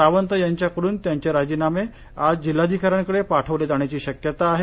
सावंत यांच्याकडून त्यांचे राजीनामे आज जिल्हाधिकाऱ्यांकडे पाठवले जाण्याची शक्यता आहे